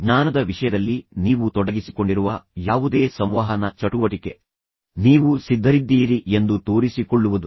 ಜ್ಞಾನದ ವಿಷಯದಲ್ಲಿ ನೀವು ತೊಡಗಿಸಿಕೊಂಡಿರುವ ಯಾವುದೇ ಸಂವಹನ ಚಟುವಟಿಕೆ ನೀವು ಸಿದ್ಧರಿದ್ದೀರಿ ಎಂದು ತೋರಿಸಿ ಕೊಳ್ಳುವುದು